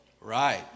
Right